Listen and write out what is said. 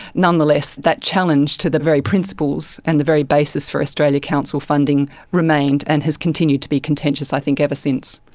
nonetheless that challenge to the very principles and the very basis for australia council funding remained and has continued to be contentious i think ever since.